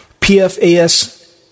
PFAS